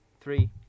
Three